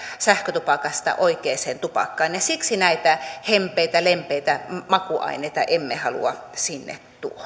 sähkötupakasta oikeaan tupakkaan siksi näitä hempeitä lempeitä makuaineita emme halua sinne